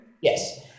Yes